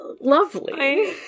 lovely